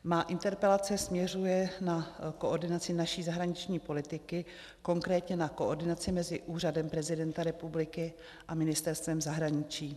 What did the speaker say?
Má interpelace směřuje na koordinaci naší zahraniční politiky, konkrétně na koordinaci mezi úřadem prezidenta republiky a Ministerstvem zahraničí.